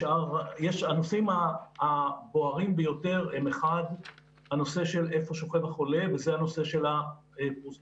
אחד הנושאים הבוערים ביותר הוא איפה שוכב החולה וזה הנושא של הפרוזדור.